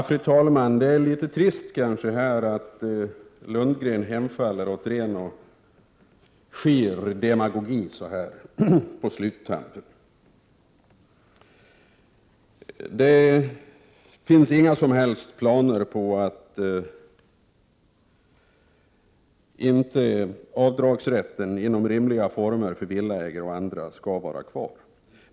Fru talman! Det är litet trist att Bo Lundgren hemfaller åt ren och skär demagogi så här på sluttampen. Det finns inga som helst tankar på att avdragsrätten i rimliga former för villaägare och andra inte skall vara kvar.